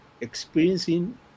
experiencing